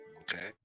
Okay